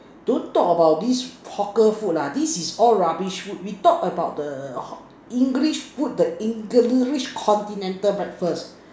don't talk about this hawker food lah this is all rubbish food we talk about the English food the English continental breakfast